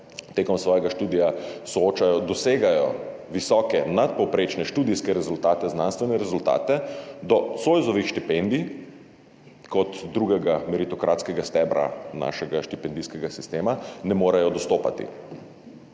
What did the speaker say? med svojim študijem soočajo, dosegajo visoke nadpovprečne študijske rezultate, znanstvene rezultate, do Zoisovih štipendij kot drugega meritokratskega stebra našega štipendijskega sistema ne morejo dostopati,